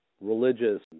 religious